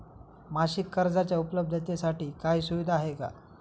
मासिक कर्जाच्या उपलब्धतेसाठी काही सुविधा आहे का?